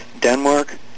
Denmark